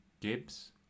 Gibbs